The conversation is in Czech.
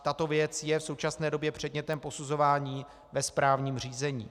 Tato věc je v současné době předmětem posuzování ve správním řízení.